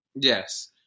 Yes